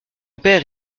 père